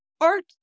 art